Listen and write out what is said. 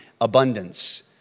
abundance